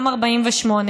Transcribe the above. גם 48,